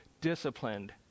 disciplined